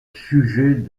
sujet